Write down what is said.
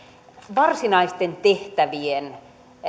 varsinaisten tehtävien